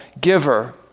giver